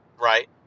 right